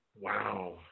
wow